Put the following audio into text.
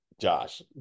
josh